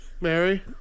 Mary